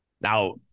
Now